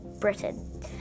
Britain